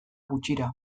gutxira